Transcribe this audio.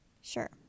sure